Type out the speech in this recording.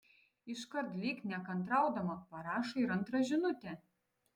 iškart lyg nekantraudama parašo ir antrą žinutę